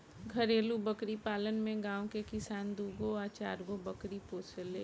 घरेलु बकरी पालन में गांव के किसान दूगो आ चारगो बकरी पोसेले